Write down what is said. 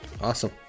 awesome